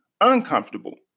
uncomfortable